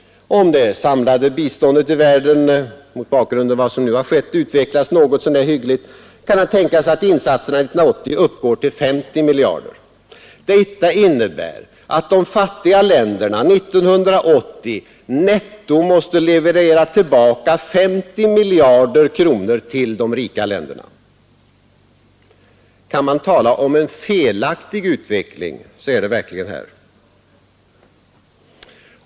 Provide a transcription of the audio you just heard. Om det samlade biståndet i världen mot bakgrunden av vad som nu har skett utvecklas något så när hyggligt, kan det tänkas att insatserna 1980 uppgår till 50 miljarder. Detta innebär att de fattiga länderna 1980 netto måste leverera tillbaka 50 miljarder kronor till de rika länderna. Kan man tala om en felaktig utveckling så är det verkligen här!